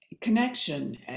connection